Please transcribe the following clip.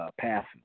passing